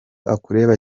akureba